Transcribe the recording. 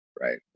Right